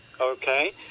Okay